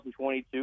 2022